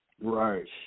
Right